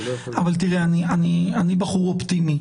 אני בחור אופטימי.